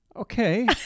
Okay